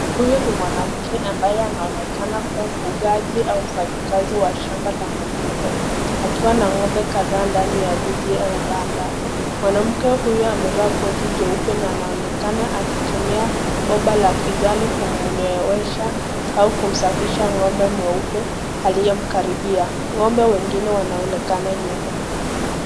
Huyu ni mwanamke ambaye anaonekana kuwa ufugaji au mfanyikazi wa shamba la mifugo, akiwa na ng'ombe kadhaa ndani ya zizi au banda. mwanamke huyo amevaa koti jeupe na anaonekana akitumia bomba la kijani kumloesha au kumsafisha ng'ombe mweupe aliyemkaribia, ng'ombe wengine wanaonekana nyuma.